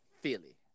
Philly